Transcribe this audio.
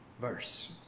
verse